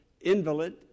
invalid